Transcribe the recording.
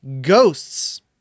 ghosts